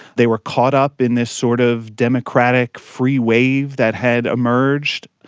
they were caught up in this sort of democratic free wave that had emerged.